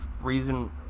reason